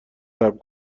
صبر